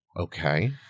Okay